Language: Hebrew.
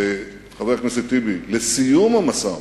חבר הכנסת טיבי, לסיום המשא-ומתן,